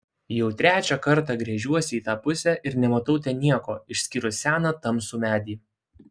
jau trečią kartą gręžiuosi į tą pusę ir nematau ten nieko išskyrus seną tamsų medį